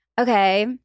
okay